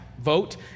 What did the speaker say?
vote